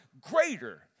greater